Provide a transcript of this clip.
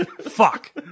Fuck